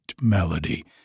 melody